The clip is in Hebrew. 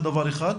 זה דבר אחר.